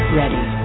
ready